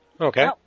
Okay